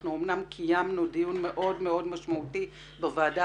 אנחנו אמנם קיימנו דיון מאוד מאוד משמעותי בוועדה